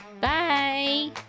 Bye